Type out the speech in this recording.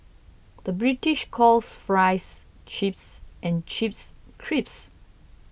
the British calls Fries Chips and Chips Crisps